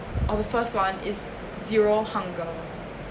or the first one is zero hunger